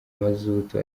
mazutu